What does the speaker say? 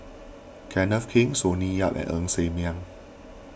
Kenneth Keng Sonny Yap and Ng Ser Miang